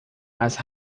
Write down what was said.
mas